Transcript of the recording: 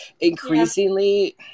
increasingly